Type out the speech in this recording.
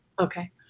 Okay